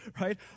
right